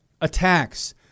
attacks